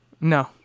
No